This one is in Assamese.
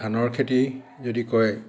ধানৰ খেতি যদি কৰে